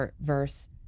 verse